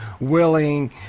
willing